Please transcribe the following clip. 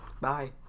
Bye